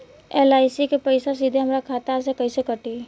LIC के पईसा सीधे हमरा खाता से कइसे कटी?